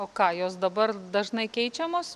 o ką jos dabar dažnai keičiamos